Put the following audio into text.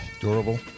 Durable